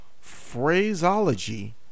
phraseology